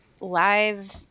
live